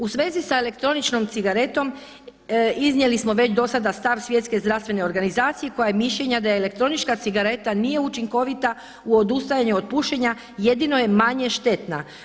U svezi sa elektroničnom cigaretom iznijeli smo već do sada stav Svjetske zdravstvene organizacije koja je mišljenja da je elektronička cigareta nije učinkovita u odustajanju od pušenja, jedino je manje štetna.